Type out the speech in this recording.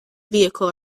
vehicle